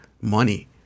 money